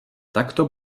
takto